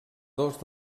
dos